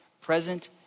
present